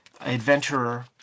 adventurer